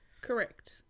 Correct